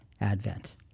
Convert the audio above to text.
advent